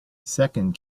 second